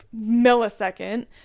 millisecond